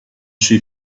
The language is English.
she